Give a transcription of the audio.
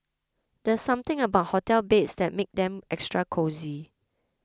there's something about hotel beds that makes them extra cosy